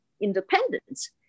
independence